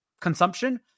consumption